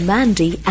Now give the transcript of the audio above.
Mandy